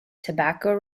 tobacco